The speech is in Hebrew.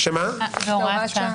אבל ב- -- זה לא זכות.